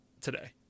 today